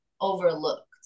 overlooked